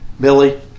Billy